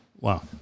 Wow